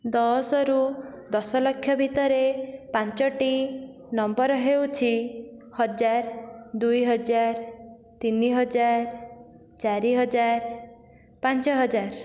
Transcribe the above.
ଦଶ ରୁ ଦଶ ଲକ୍ଷ ଭିତରେ ପାଞ୍ଚଟି ନମ୍ବର ହେଉଛି ହଜାର ଦୁଇ ହଜାର ତିନି ହଜାର ଚାରି ହଜାର ପାଞ୍ଚ ହଜାର